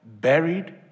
buried